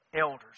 elders